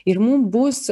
ir mum bus